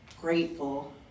grateful